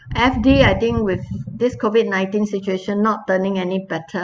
F_D I think with this COVID nineteen situation not turning any better